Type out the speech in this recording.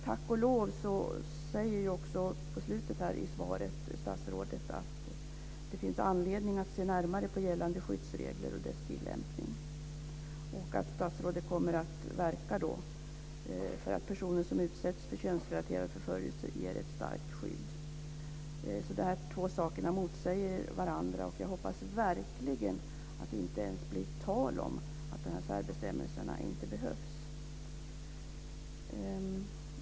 Tack och lov säger statsrådet i slutet av svaret att det finns anledning att se närmare på gällande skyddsregler och deras tillämpning och att hon kommer att verka för att personer som utsätts för könsrelaterad förföljelse ges ett starkt skydd. Dessa två saker motsäger alltså varandra. Jag hoppas verkligen att det inte ens blir tal om att de här särbestämmelserna inte behövs.